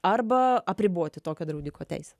arba apriboti tokio draudiko teisę